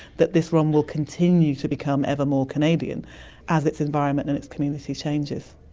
that this rom will continue to become ever more canadian as its environment and its community changes.